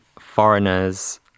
foreigners